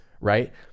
right